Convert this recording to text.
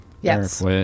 Yes